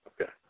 Okay